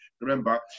remember